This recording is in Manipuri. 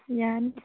ꯌꯥꯅꯤ